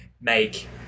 make